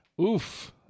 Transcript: Oof